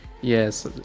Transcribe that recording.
Yes